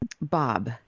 Bob